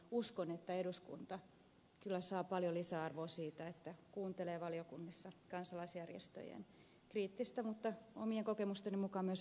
uskon että eduskunta kyllä saa paljon lisäarvoa siitä että kuuntelee valiokunnissa kansalaisjärjestöjen kriittistä mutta omien kokemusteni mukaan myös hyvin rakentavaa osallistumista